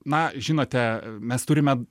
na žinote mes turime